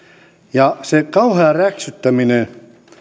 ja siitä kauheasta räksyttämisestä